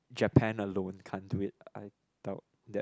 Japan alone can't do it I doubt that